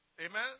amen